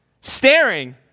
staring